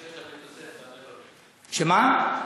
שמה?